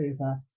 over